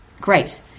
Great